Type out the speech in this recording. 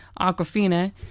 Aquafina